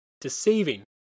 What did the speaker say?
deceiving